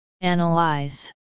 Analyze